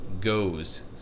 goes